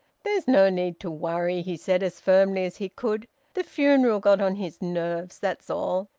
there's no need to worry, he said as firmly as he could the funeral got on his nerves, that's all.